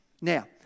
Now